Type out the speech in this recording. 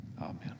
amen